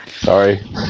Sorry